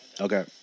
Okay